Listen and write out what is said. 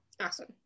Awesome